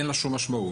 אין לה שום משמעות.